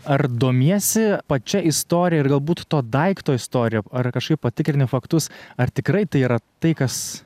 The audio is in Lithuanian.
ar domiesi pačia istorija ir galbūt to daikto istorija ar kažkaip patikrini faktus ar tikrai tai yra tai kas